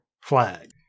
flag